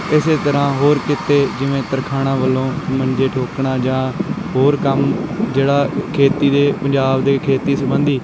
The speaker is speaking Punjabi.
ਇਸ ਤਰ੍ਹਾਂ ਹੋਰ ਕਿੱਤੇ ਜਿਵੇਂ ਤਰਖਾਣਾ ਵੱਲੋਂ ਮੰਜੇ ਠੋਕਣਾ ਜਾਂ ਹੋਰ ਕੰਮ ਜਿਹੜਾ ਖੇਤੀ ਦੇ ਪੰਜਾਬ ਦੇ ਖੇਤੀ ਸਬੰਧੀ